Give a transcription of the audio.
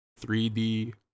3D